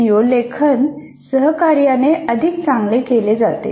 CO लेखन सहकार्याने अधिक चांगले केले जाते